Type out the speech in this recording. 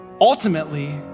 Ultimately